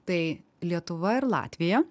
tai lietuva ir latvija